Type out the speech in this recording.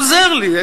הוא עוזר לי.